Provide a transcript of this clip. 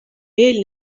veel